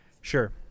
Sure